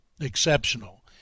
exceptional